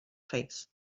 face